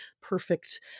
perfect